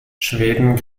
schweden